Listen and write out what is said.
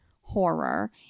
horror